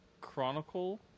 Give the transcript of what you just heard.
Chronicle